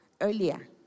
earlier